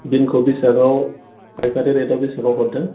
बिनखौ बेसेबाङाव पाइकारि रेटआव बेसेबाङाव हरदों